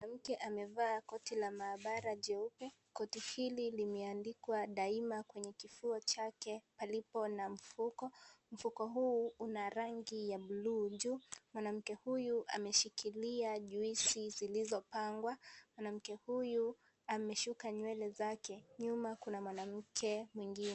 Mwanamke amevaa koti la maabara jeupe. Koti hili, limeandikwa daima kwenye kifua chake palipo na mfuko. Mfuko huu, una rangi ya buluu juu. Mwanamke huyu ameshikilia juisi zilizopangwa. Mwanamke huyu, amesuka nywele zake, nyuma kuna mwanamke mwingine.